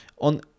on